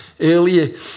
earlier